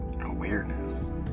Awareness